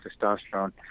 testosterone